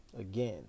again